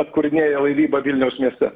atkūrinėja laivybą vilniaus mieste